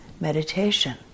meditation